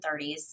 1930s